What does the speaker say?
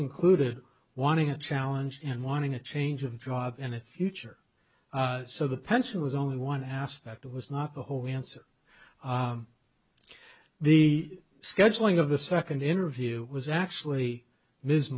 included wanting a challenge and wanting a change of job and a future so the pension was only one aspect it was not the whole answer the scheduling of the second interview was actually